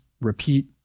repeat